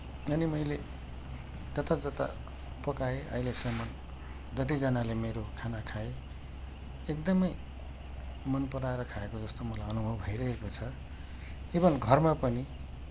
अनि मैले जताजता पकाएँ अहिलेसम्म जतिजनाले मेरो खाना खाए एकदमै मनपराएर खाएको जस्तो मलाई अनुभव भइरहेको छ इभन घरमा पनि